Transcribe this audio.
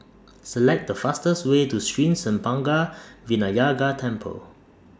Select The fastest Way to Sri Senpaga Vinayagar Temple